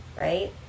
Right